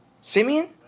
Simeon